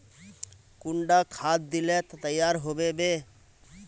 कुंडा खाद दिले तैयार होबे बे?